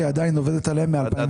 היא עדיין עובדת עליהם מ-2019.